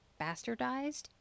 bastardized